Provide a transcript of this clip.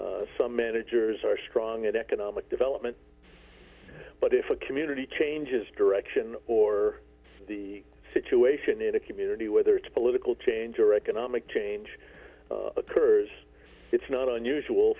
some managers are strong in economic development but if a community changes direction or the situation in a community whether it's political change or economic change occurs it's not unusual